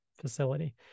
facility